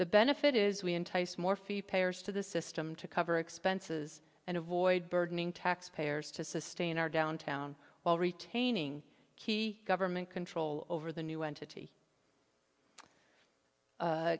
the benefit is we entice more fee payers to the system to cover expenses and avoid burdening taxpayers to sustain our downtown while retaining key government control over the new entity